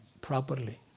properly